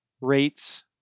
rates